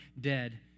dead